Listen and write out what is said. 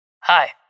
Hi